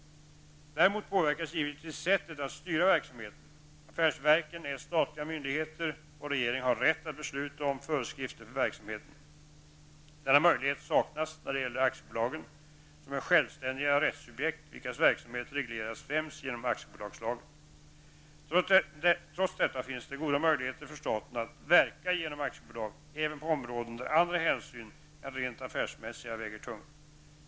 Däremot påverkas givetvis sättet att styra verksamheten. Affärsverken är statliga myndigheter, och regeringen har rätt att besluta om föreskrifter för verksamheten. Denna möjlighet saknas när det gäller aktiebolagen, som är självständiga rättssubjekt, vilkas verksamhet regleras främst genom aktiebolagslagen. Trots detta finns det goda möjligheter för staten att verka genom aktiebolag även på områden där andra hänsyn än rent affärsmässiga väger tungt.